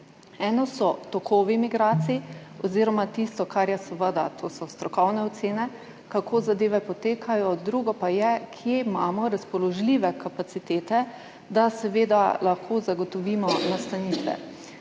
Eno so tokovi migracij oziroma tisto, seveda, to so strokovne ocene, kako zadeve potekajo, drugo pa je, kje imamo razpoložljive kapacitete, da lahko zagotovimo nastanitve.